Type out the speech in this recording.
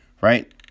right